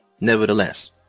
nevertheless